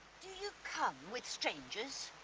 do you cum with strangers?